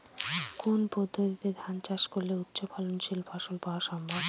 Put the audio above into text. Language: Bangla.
কোন পদ্ধতিতে ধান চাষ করলে উচ্চফলনশীল ফসল পাওয়া সম্ভব?